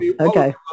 Okay